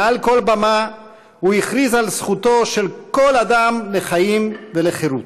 מעל כל במה הוא הכריז על זכותו של כל אדם לחיים ולחירות,